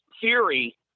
theory